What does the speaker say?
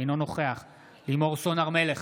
אינו נוכח לימור סון הר מלך,